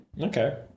Okay